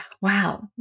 Wow